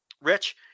rich